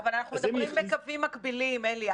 אבל אנחנו מדברים בקווים מקבילים, אלי.